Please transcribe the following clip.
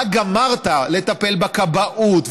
רק גמרת לטפל בכבאות,